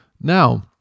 Now